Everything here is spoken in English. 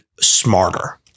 smarter